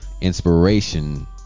Inspiration